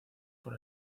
por